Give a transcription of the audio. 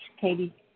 Katie